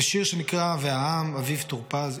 ושיר שנקרא "והעם" אביב טורפז,